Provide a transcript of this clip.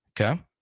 Okay